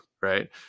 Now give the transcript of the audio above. Right